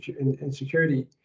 insecurity